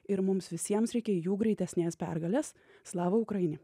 ir mums visiems reikia jų greitesnės pergalės slava ukraini